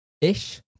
Ish